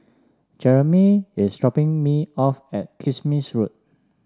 Jeramy is dropping me off at Kismis Road